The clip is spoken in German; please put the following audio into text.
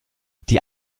die